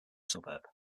suburb